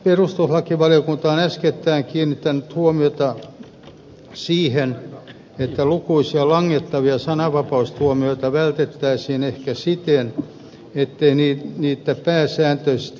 perustuslakivaliokunta on äskettäin kiinnittänyt huomiota siihen että lukuisia langettavia sananvapaustuomioita vältettäisiin ehkä siten ettei niitä pääsääntöisesti käsiteltäisi rikosasioina